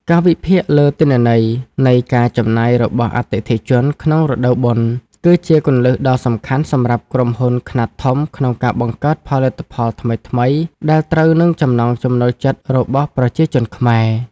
ការវិភាគលើទិន្នន័យនៃការចំណាយរបស់អតិថិជនក្នុងរដូវបុណ្យ គឺជាគន្លឹះដ៏សំខាន់សម្រាប់ក្រុមហ៊ុនខ្នាតធំក្នុងការបង្កើតផលិតផលថ្មីៗដែលត្រូវនឹងចំណង់ចំណូលចិត្តរបស់ប្រជាជនខ្មែរ។